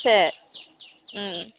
சரி ம்